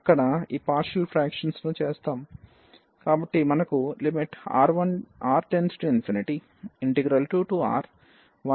కాబట్టి మనకు lim⁡R→∞ 2R1x2 11x2 1dx ఉన్నాయి